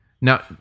Now